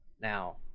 Now